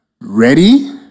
Ready